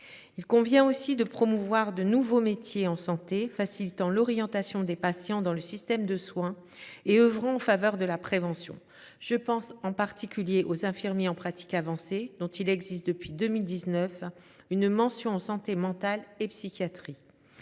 Il convient aussi de promouvoir de nouveaux métiers en santé facilitant l’orientation des patients dans le système de soins et œuvrant en faveur de la prévention. Je pense en particulier aux infirmiers en pratique avancée, qui peuvent, depuis 2019, obtenir une mention en santé mentale et psychiatrie.